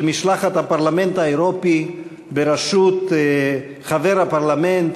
משלחת הפרלמנט האירופי בראשות חבר הפרלמנט,